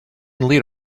lead